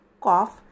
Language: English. cough